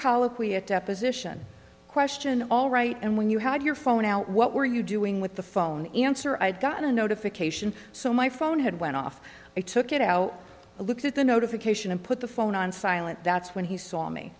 colloquy a deposition question all right and when you had your phone out what were you doing with the phone answer i got a notification so my phone had went off i took it out to look at the notification and put the phone on silent that's when he saw me